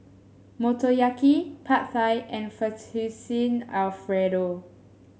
Motoyaki Pad Thai and Fettuccine Alfredo